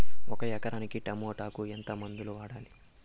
ఒక ఎకరాకి టమోటా కు ఎంత మందులు వాడాలి?